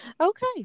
okay